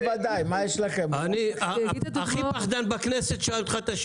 של כל המוצרים שנמצאים בשוק ולהראות לכם איך הייבוא מושך את המחיר